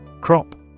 Crop